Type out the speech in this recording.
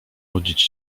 nudzić